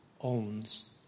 owns